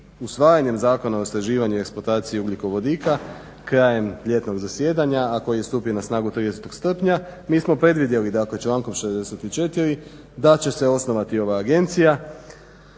usvajanjem Zakona o istraživanju i eksploataciji ugljikovodika krajem ljetnog zasjedanja, a koji je stupio na snagu 30. srpnja, mi smo predvidjeli dakle člankom 64. da će se osnovati ova agencija